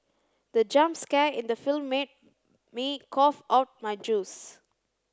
the jump scare in the film made me cough out my juice